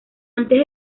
antes